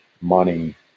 money